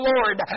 Lord